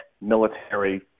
military